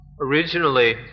Originally